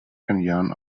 canyon